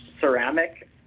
ceramic